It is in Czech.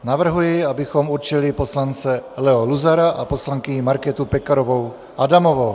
Navrhuji, abychom určili poslance Leo Luzara a poslankyni Markétu Pekarovou Adamovou.